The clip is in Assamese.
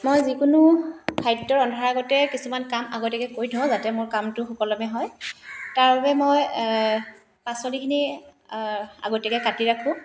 মই যিকোনো খাদ্য ৰন্ধাৰ আগতে কিছুমান কাম আগতীয়াকৈ কৰি থওঁ যাতে মোৰ কামটো সুকলমে হয় তাৰ বাবে মই পাচলিখিনি আগতীয়াকৈ কাটি ৰাখোঁ